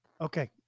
Okay